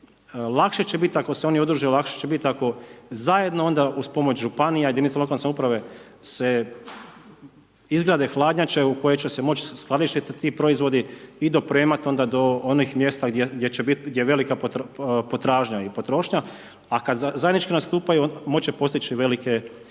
lakše će biti ako zajedno onda pomoću županija i jedinica lokalne samouprave se izgrade hladnjače u koje će se moći skladištiti ti proizvodi i dopremati onda do onih mjesta gdje će biti, gdje je velika potražnja i potrošnja, a kada zajednički nastupaju, moći će postići velike